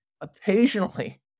occasionally